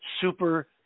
super